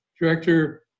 director